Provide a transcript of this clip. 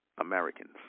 Americans